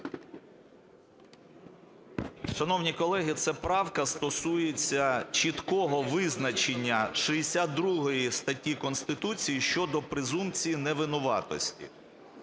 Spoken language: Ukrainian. Шановні колеги, ця правка стосується чіткого визначення 62 статті Конституції щодо презумпції невинуватості.